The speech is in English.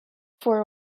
for